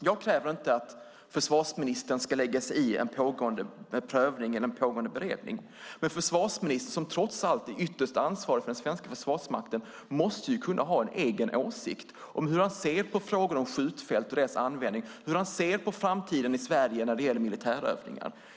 Jag kräver inte att försvarsministern ska lägga sig i en pågående prövning eller en beredning, men försvarsministern som trots allt är ytterst ansvarig för den svenska Försvarsmakten måste kunna ha en egen åsikt om hur han ser på frågan om skjutfält och deras användning, hur han ser på framtiden i Sverige när det gäller militärövningar.